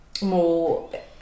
more